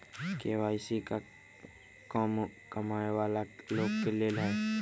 KYC का कम कमाये वाला लोग के लेल है?